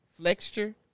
flexure